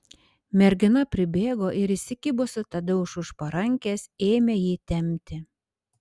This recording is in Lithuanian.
mergina pribėgo ir įsikibusi tadeušui už parankės ėmė jį tempti